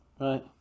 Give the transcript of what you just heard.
Right